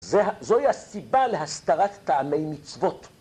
‫זוהי הסיבה להסתרת טעמי מצוות.